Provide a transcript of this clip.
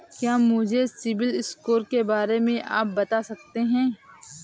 क्या मुझे CIBIL score के बारे में आप बता सकते हैं?